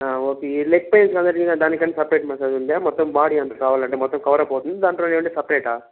okay leg pain అది అడిగిన దానికి కానీ సపరేట్ మసాజ్ ఉందా మొత్తం బాడీ అంతా కావలి అంటే మొత్తం కవరప్ అవుతుందా దాంట్లో లేదంటే సపరేటా